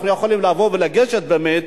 אנחנו יכולים לבוא ולגשת באמת,